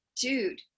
dude